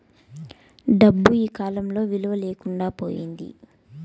డబ్బు ఈకాలంలో విలువ లేకుండా పోయింది